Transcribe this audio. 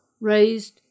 raised